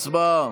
הצבעה.